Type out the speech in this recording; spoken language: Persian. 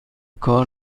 کار